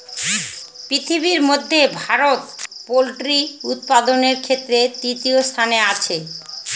পৃথিবীর মধ্যে ভারত পোল্ট্রি উৎপাদনের ক্ষেত্রে তৃতীয় স্থানে আছে